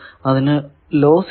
അതിനു ലോസ് ഇല്ല